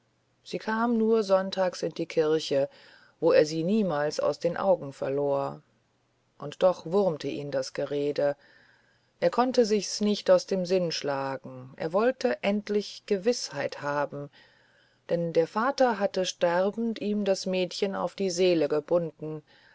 sie kam nur sonntags in die kirche wo er sie niemals aus den augen verlor und doch wurmte ihn das gerede er konnte sich's nicht aus dem sinn schlagen er wollte endlich gewißheit haben denn der vater hatte sterbend ihm das mädchen auf die seele gebunden